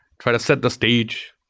try to set the stage.